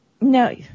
No